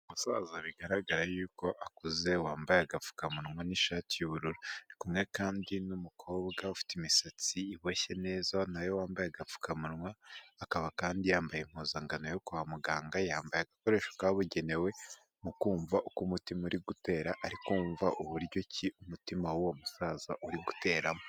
Umusaza bigaragara yuko akuze, wambaye agapfukamunwa n'ishati y'ubururu, ari kumwe kandi n'umukobwa ufite imisatsi iboshye neza na we wambaye agapfukamunwa; akaba kandi yambaye impuzankano yo kwa muganga. Yambaye agakoresho kabugenewe mu kumva uko umutima uri gutera; ari kumva uburyo ki umutima w'uwo musaza uri guteramo.